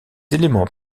éléments